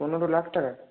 পনেরো লাখ টাকা